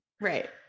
right